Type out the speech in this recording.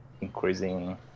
increasing